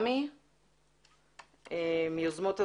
נג'מי מיוזמות אברהם.